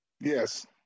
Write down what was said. Yes